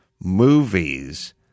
movies